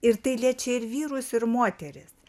ir tai liečia ir vyrus ir moteris